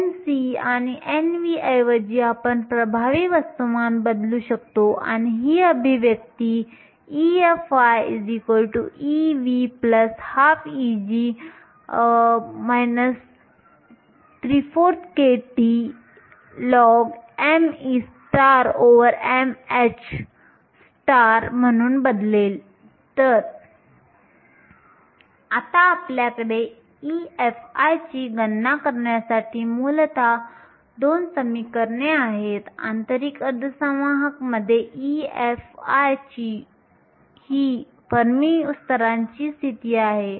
Nc आणि Nv ऐवजी आपण प्रभावी वस्तुमान बदलू शकतो आणि ही अभिव्यक्ती EFi Ev 12Eg 34kTln memh म्हणून बदलेल तर आता आपल्याकडे EFi ची गणना करण्यासाठी मूलतः 2 समीकरणे आहेत आंतरिक अर्धवाहक मध्ये EFi ही फर्मी स्तराची स्थिती आहे